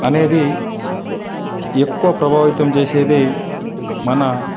అనేది ఎక్కువ ప్రభావితం చేసేది మన